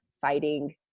fighting